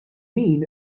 min